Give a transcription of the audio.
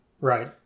Right